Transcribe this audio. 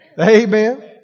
Amen